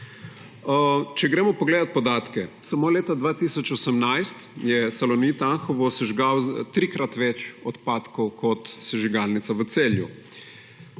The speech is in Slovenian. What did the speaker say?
Če gremo pogledat podatke, samo leta 2018 je Salonit Anhovo sežgal trikrat več odpadkov kot sežigalnica v Celju.